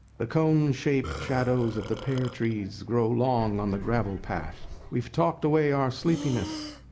the cone-shaped shadows of the pear trees grow long on the gravel path. we've talked away our sleepiness.